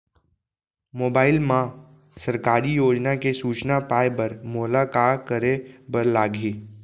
mobile मा सरकारी योजना के सूचना पाए बर मोला का करे बर लागही